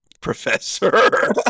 professor